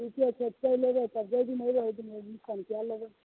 ठीके छै चैलि आयबै तब जाहि दिन अयबै ओहि दिन एडमिशन कए लबै